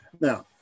Now